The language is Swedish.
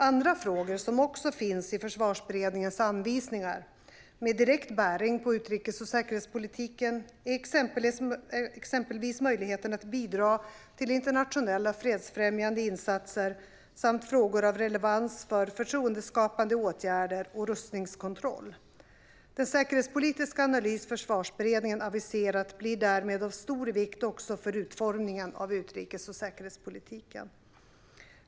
Andra frågor som också återfinns i Försvarsberedningens anvisningar, med direkt bäring på utrikes och säkerhetspolitiken, är exempelvis möjligheten att bidra till internationella fredsfrämjande insatser samt frågor av relevans för förtroendeskapande åtgärder och rustningskontroll. Den säkerhetspolitiska analys Försvarsberedningen aviserat blir därmed av stor vikt också för utformningen av utrikes och säkerhetspolitiken.